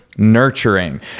Nurturing